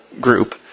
group